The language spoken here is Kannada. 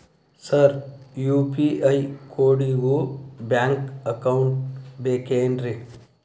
ಸರ್ ಯು.ಪಿ.ಐ ಕೋಡಿಗೂ ಬ್ಯಾಂಕ್ ಅಕೌಂಟ್ ಬೇಕೆನ್ರಿ?